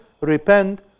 repent